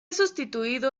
sustituido